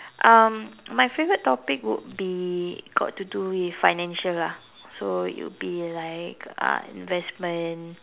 um my favourite topic would be got to do with financial lah so it would be like uh investment